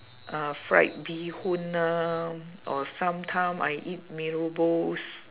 uh fried bee hoon ah or sometime I eat mee rebus